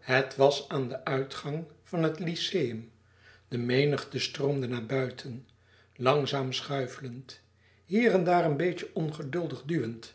het was aan den uitgang van het lyceum de menigte stroomde naar buiten langzaam schuifelend hier en daar een beetje ongeduldig duwend